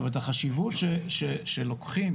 את החשיבות שלוקחים